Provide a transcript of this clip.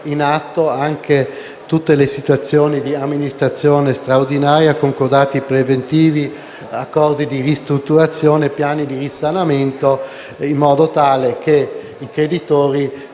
in atto ed anche tutte le situazioni di amministrazione straordinaria, concordati preventivi, accordi di ristrutturazione e piani di risanamento, in modo tale che i potenziali